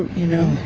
you know?